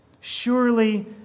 surely